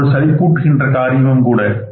இது ஒரு சளிப்பூட்டுன்ற காரியமும் கூட